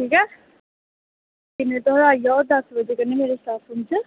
ठीक ऐ तुस आई जाओ दस बज़े कन्नैं मेरे स्टाफ रूम च